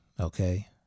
okay